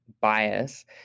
bias